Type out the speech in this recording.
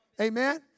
Amen